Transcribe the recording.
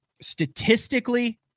Statistically